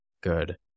good